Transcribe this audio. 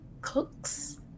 Cooks